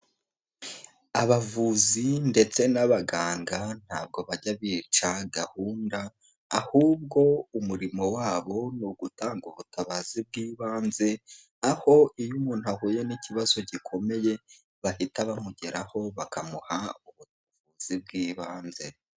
Abavuzi ndetse n'abaganga ntabwo bajya bica gahunda ahubwo umurimo wabo ni ugutanga ubutabazi bw'ibanze aho iyo umuntu ahuye n'ikibazo gikomeye bahita bamugeraho bakamuha ubuvuzi bw'ibanze.